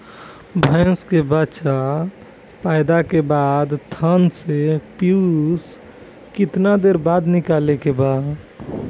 भैंस के बच्चा पैदा के बाद थन से पियूष कितना देर बाद निकले के बा?